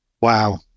wow